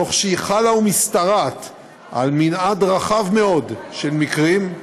תוך שהיא חלה ומשתרעת על מנעד רחב מאוד של מקרים.